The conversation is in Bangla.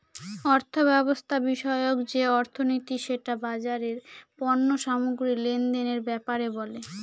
অর্থব্যবস্থা বিষয়ক যে অর্থনীতি সেটা বাজারের পণ্য সামগ্রী লেনদেনের ব্যাপারে বলে